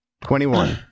Twenty-one